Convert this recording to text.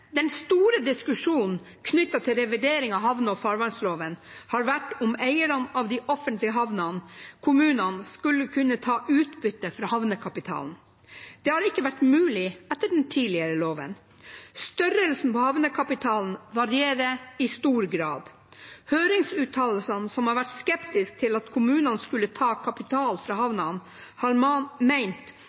Den store diskusjonen knyttet til revidering av havne- og farvannsloven har vært om eierne av de offentlige havnene, kommunene, skulle kunne ta utbytte fra havnekapitalen. Det har ikke vært mulig etter den tidligere loven. Størrelsen på havnekapitalen varierer i stor grad. I høringsuttalelsene, som er skeptisk til at kommunene skulle ta ut kapital fra havnene, har man